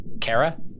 Kara